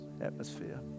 Atmosphere